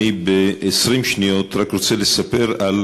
ב-20 שניות אני רק רוצה לספר על